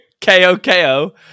K-O-K-O